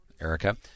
Erica